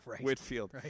Whitfield